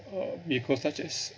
uh vehicles such as